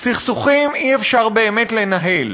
סכסוכים אי-אפשר באמת לנהל.